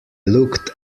looked